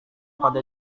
pada